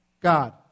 God